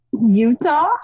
Utah